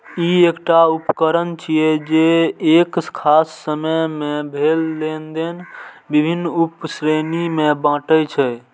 ई एकटा उकरण छियै, जे एक खास समय मे भेल लेनेदेन विभिन्न उप श्रेणी मे बांटै छै